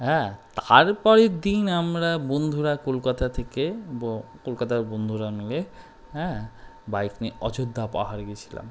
হ্যাঁ তারপের দিন আমরা বন্ধুরা কলকাতা থেকে কলকাতার বন্ধুরা মিলে হ্যাঁ বাইক নিয়ে অযোধ্যা পাহাড় গিয়েছিলাম